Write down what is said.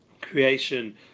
creation